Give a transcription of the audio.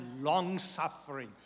long-suffering